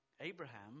Abraham